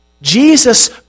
Jesus